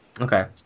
Okay